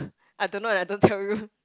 I don't know and I don't tell you